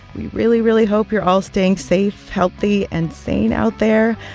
we really, really hope you're all staying safe, healthy and sane out there.